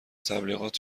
تبلیغات